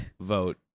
vote